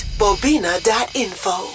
bobina.info